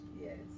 yes